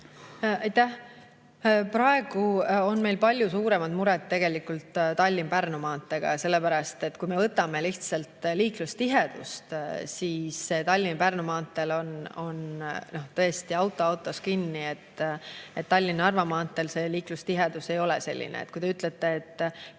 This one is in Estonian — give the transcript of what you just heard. Aitäh! Praegu on meil palju suuremad mured tegelikult Tallinna–Pärnu maanteega, sellepärast et kui me vaatame lihtsalt liiklustihedust, siis Tallinna–Pärnu maanteel on tõesti auto autos kinni. Tallinna–Narva maanteel see liiklustihedus ei ole selline. Kui te ütlete, et